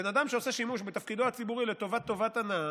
בן אדם שעושה שימוש בתפקידו הציבורי לטובת הנאה,